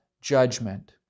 judgment